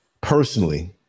personally